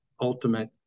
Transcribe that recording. ultimate